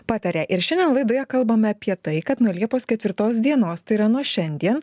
pataria ir šiandien laidoje kalbame apie tai kad nuo liepos ketvirtos dienos tai yra nuo šiandien